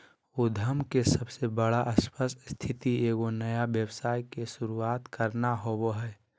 उद्यम के सबसे बड़ा स्पष्ट स्थिति एगो नया व्यवसाय के शुरूआत करना होबो हइ